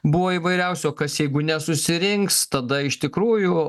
buvo įvairiausių o kas jeigu nesusirinks tada iš tikrųjų